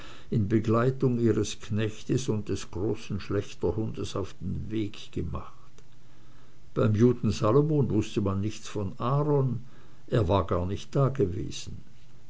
in begleitung ihres knechtes und des großen schlächterhundes auf den weg gemacht beim juden salomon wußte man nichts von aaron er war gar nicht da